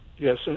Yes